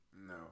No